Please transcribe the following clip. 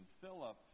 Philip